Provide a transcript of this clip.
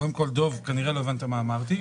קודם כל דב כנראה לא הבנת מה אמרתי,